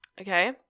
Okay